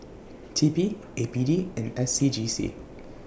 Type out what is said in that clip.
T P A P D and S C G C